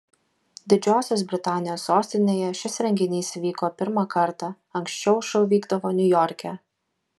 didžiosios britanijos sostinėje šis renginys vyko pirmą kartą anksčiau šou vykdavo niujorke